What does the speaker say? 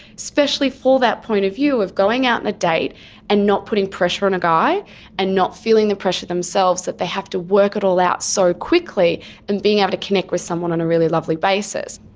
especially for that point of view of going out on a date and not putting pressure on a guy and and not feeling the pressure themselves that they have to work it all out so quickly and being able to connect with someone on a really lovely basis.